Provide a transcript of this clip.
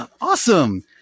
Awesome